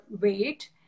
weight